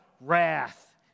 wrath